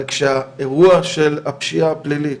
אבל כשהאירוע של הפשיעה פלילית